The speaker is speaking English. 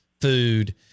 food